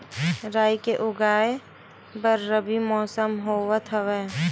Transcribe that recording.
राई के उगाए बर रबी मौसम होवत हवय?